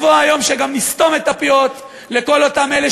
ויבוא היום שגם נסתום את הפיות לכל אותם אלה,